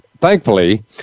thankfully